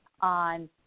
on